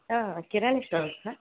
ಹಾಂ ಕಿರಾಣಿ ಸ್ಟೋರ್ಸಾ